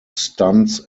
stunts